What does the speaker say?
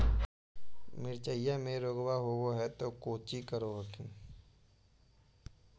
मिर्चया मे रोग्बा होब है तो कौची कर हखिन?